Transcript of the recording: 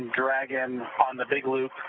dragon on the big loop,